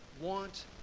want